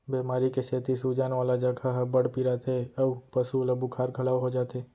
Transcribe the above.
बेमारी के सेती सूजन वाला जघा ह बड़ पिराथे अउ पसु ल बुखार घलौ हो जाथे